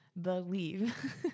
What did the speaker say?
believe